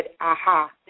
Aha